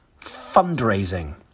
fundraising